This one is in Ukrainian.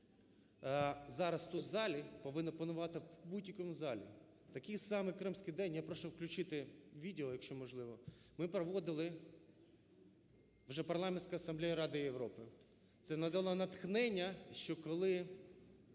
зараз тут у залі, повинно панувати у будь-якому залі. Такий само "кримський день" (я прошу включити відео, якщо можливо) ми проводили… Вже Парламентська Асамблея Ради Європи це надала натхнення, що коли